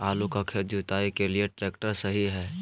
आलू का खेत जुताई के लिए ट्रैक्टर सही है?